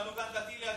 בנו גם דתי לידו.